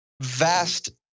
vast